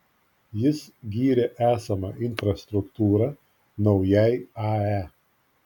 jis gyrė esamą infrastruktūrą naujai ae